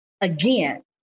again